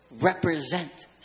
represent